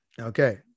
Okay